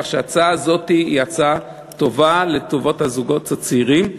כך שההצעה הזאת היא הצעה טובה לטובת הזוגות הצעירים.